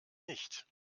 nicht